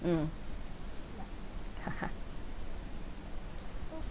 mm